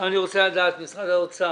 משרד האוצר,